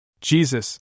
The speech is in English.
Jesus